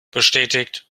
bestätigt